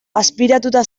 azpiratuta